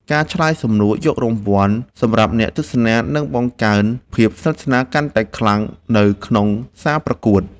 ការឆ្លើយសំណួរយករង្វាន់សម្រាប់អ្នកទស្សនានឹងបង្កើនភាពស្និទ្ធស្នាលកាន់តែខ្លាំងនៅក្នុងសាលប្រកួត។